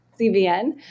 CBN